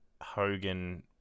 Hogan